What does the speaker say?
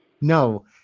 no